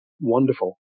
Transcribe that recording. wonderful